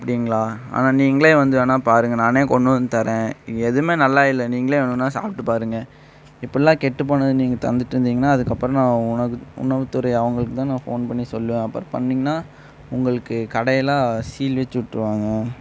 அப்படிங்களா ஆனால் நீங்களே வந்து வேணால் பாருங்க நானே கொண்டு வந்து தரேன் இங்கே எதுவுமே நல்லா இல்லை நீங்களே வேணுன்னால் சாப்பிட்டு பாருங்க இப்படிலாம் கெட்டுப் போனதை நீங்கள் தந்துட்டு இருந்தீங்கன்னால் அதுக்கப்புறம் நான் உணவு உணவுத்துறை அவர்களுக்கு தான் நான் ஃபோன் பண்ணி சொல்லுவேன் அப்புறம் பண்ணிங்கன்னால் உங்களுக்கு கடையெல்லாம் சீல் வச்சிவிட்ருவாங்க